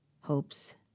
hopes